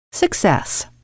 Success